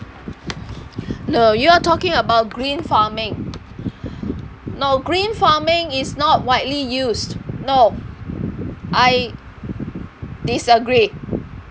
no you are talking about green farming no green farming is not widely used no I disagree